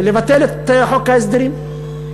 לבטל את חוק ההסדרים.